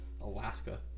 Alaska